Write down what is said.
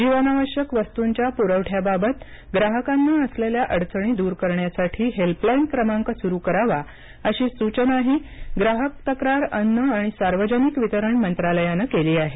जीवनावश्यक वस्तूंच्या पुरवठ्याबाबत ग्राहकांना असलेल्या अडचणी दूर करण्यासाठी हेल्पलाईन क्रमांक सुरू करावा अशी सूचनाही ग्राहक तक्रार अन्न आणि सार्वजनिक वितरण मंत्रालयानं केली आहे